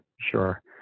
Sure